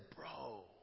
bro